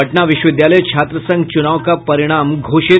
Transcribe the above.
पटना विश्वविद्यालय छात्र संघ चुनाव का परिणाम घोषित